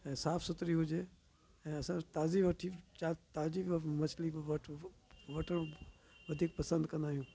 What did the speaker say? ऐं साफ़ु सुथिरी हुजे ऐं असां ताज़ी वठी ताज़ी मछली बि वठवो वठणु वधीक पसंदि कंदा आहियूं